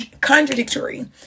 contradictory